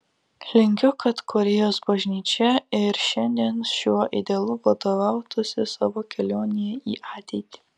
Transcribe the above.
linkiu kad korėjos bažnyčia ir šiandien šiuo idealu vadovautųsi savo kelionėje į ateitį